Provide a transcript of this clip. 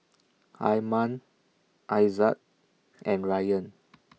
Iman Aizat and Ryan